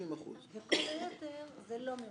וכל היתר זה לא מירושלים,